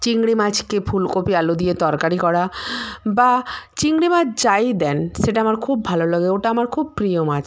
চিংড়ি মাছকে ফুলকপি আলু দিয়ে তরকারি করা বা চিংড়ি মাছ যাই দেন সেটা আমার খুব ভালো লাগে ওটা আমার খুব প্রিয় মাছ